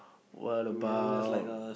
what about